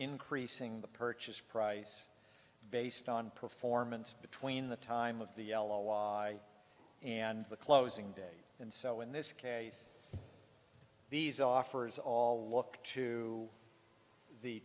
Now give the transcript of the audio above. increasing the purchase price based on performance between the time of the yellow y and the closing day and so in this case these offers all look to the